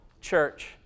church